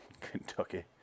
Kentucky